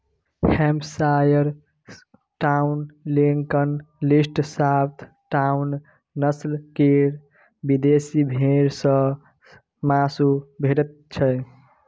Hampshire down, Lincoln, Leicester, south down, नस्ल केर विदेशी भेंड़ सँ माँसु भेटैत छै